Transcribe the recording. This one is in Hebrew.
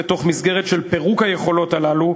לתוך מסגרת של פירוק היכולות האלה,